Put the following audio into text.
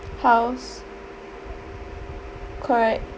house correct